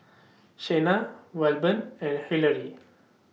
Shena Wilburn and Hillery